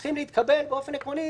הם צריכים להתקבל באופן עקרוני,